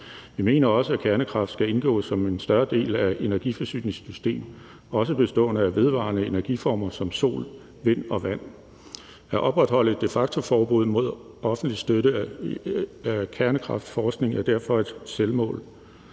Vi mener også, at kernekraft skal indgå som en større del af et energiforsyningssystem også bestående af vedvarende energiformer som sol, vind og vand. At opretholde et de facto-forbud mod offentlig støtte af kernekraftsforskning er derfor et selvmål.